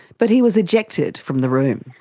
but he was ejected from the room.